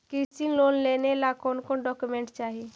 कृषि लोन लेने ला कोन कोन डोकोमेंट चाही?